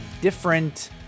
different